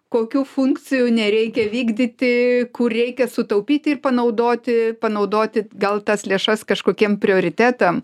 kokių funkcijų nereikia vykdyti kur reikia sutaupyti ir panaudoti panaudoti gal tas lėšas kažkokiem prioritetam